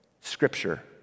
Scripture